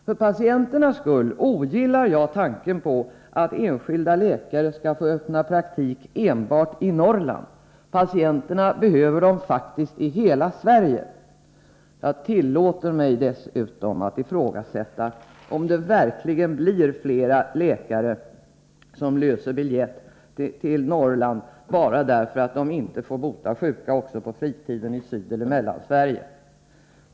För patienternas skull ogillar jag tanken på att enskilda läkare skall få öppna praktik enbart i Norrland; patienterna behöver dem faktiskt i hela Sverige. Jag tillåter mig dessutom ifrågasätta att det verkligen blir fler läkare som löser biljett till Norrland bara därför att de inte får bota sjuka också på fritiden i Sydeller Mellansverige.